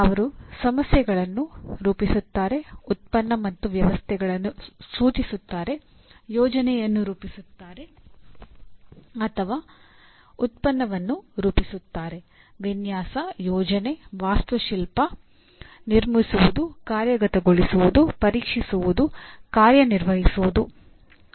ಅವರು ಸಮಸ್ಯೆಗಳನ್ನು ರೂಪಿಸುತ್ತಾರೆ ಉತ್ಪನ್ನ ಮತ್ತು ವ್ಯವಸ್ಥೆಗಳನ್ನು ಸೂಚಿಸುತ್ತಾರೆ ಯೋಜನೆಯನ್ನು ರೂಪಿಸುತ್ತಾರೆ ಅಥವಾ ಉತ್ಪನ್ನವನ್ನು ರೂಪಿಸುತ್ತಾರೆ ವಿನ್ಯಾಸ ಯೋಜನೆ ವಾಸ್ತುಶಿಲ್ಪಿ ನಿರ್ಮಿಸುವುದು ಕಾರ್ಯಗತಗೊಳಿಸುವುದು ಪರೀಕ್ಷಿಸುವುದು ಕಾರ್ಯನಿರ್ವಹಿಸುವುದು